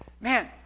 man